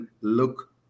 look